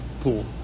pool